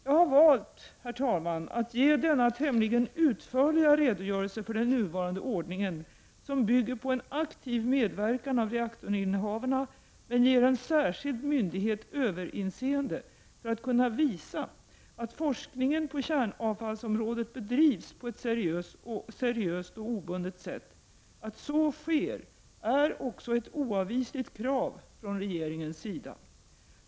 Jag har valt att ge denna tämligen utförliga redogörelse för den nuvarande ordningen, som bygger på en aktiv medverkan av reaktorinnehavarna men ger en särskild myndighet överinseende, för att kunna visa att forskningen på kärnavfallsområdet bedrivs på ett seriöst och obundet sätt. Att så sker är också ett oavvisligt krav från regeringens sida.